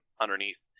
underneath